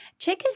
Checkers